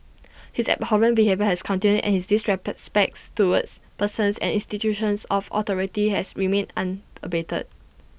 his abhorrent behaviour has continued and his disrespects towards persons and institutions of authority has remained unabated